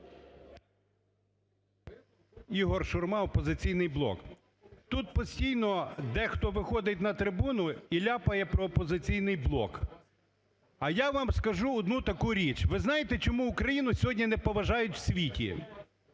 Ігор Шурма, "Опозиційний блок". Тут постійно дехто виходить на трибуну і ляпає про "Опозиційний блок". А я вам скажу одну таку річ, ви знаєте, чому Україну сьогодні не поважають в світі?